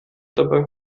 dabei